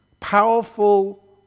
Powerful